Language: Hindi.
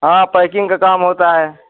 हाँ पैकिंग का काम होता है